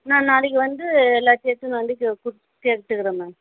நான் நாளைக்கி வந்து எல்லாத்தையும் எடுத்துன்னு வந்து கு கொடுத்து எடுத்துக்கிறேன் மேம்